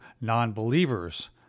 non-believers